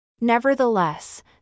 Nevertheless